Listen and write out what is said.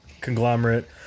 conglomerate